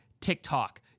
TikTok